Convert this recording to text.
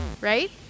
Right